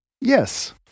Yes